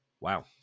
Wow